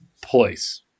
place